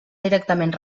directament